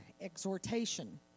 exhortation